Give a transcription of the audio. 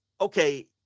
okay